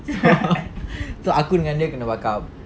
so so aku dengan dia kena buck up